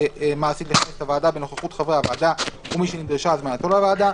מעשית לכנס את הוועדה בנוכחות חברי הוועדה ומי שנדרשה הזמנתו לוועדה,